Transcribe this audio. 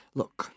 look